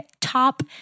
top